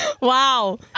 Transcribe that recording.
Wow